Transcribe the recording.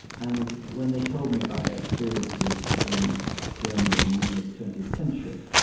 and when they told me about their experiences in germany in the middle of the twentieth century,